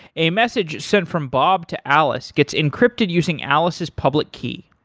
a message sent from bob to alice gets encrypted using alice's public key.